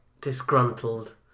disgruntled